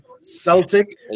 Celtic